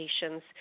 patients